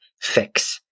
fix